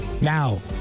Now